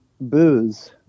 booze